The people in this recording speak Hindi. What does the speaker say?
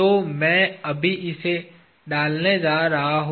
तो मैं अभी इसे डालने जा रहा हूँ